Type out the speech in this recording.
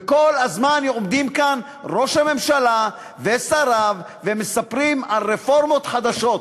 וכל הזמן עומדים כאן ראש הממשלה ושריו ומספרים על רפורמות חדשות.